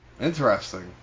Interesting